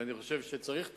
ואני חושב שצריך תקציבים.